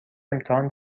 امتحان